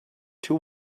too